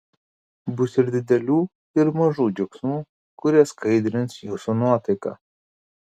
bus ir didelių ir mažų džiaugsmų kurie skaidrins jūsų nuotaiką